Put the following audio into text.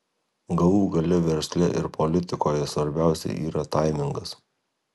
galų gale versle ir politikoje svarbiausia yra taimingas